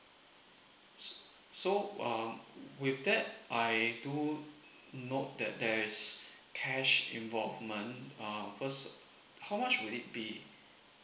s~ so um with that I do note that there is cash involvement uh first how much would it be